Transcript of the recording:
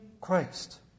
Christ